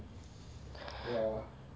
ya